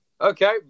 Okay